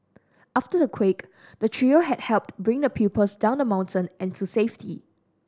after the quake the trio had helped bring the pupils down the mountain and to safety